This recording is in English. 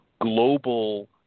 global